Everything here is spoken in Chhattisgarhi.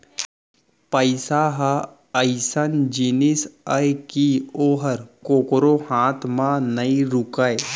पइसा ह अइसन जिनिस अय कि ओहर कोकरो हाथ म नइ रूकय